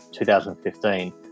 2015